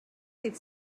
dydd